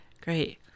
great